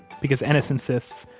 because ennis insists,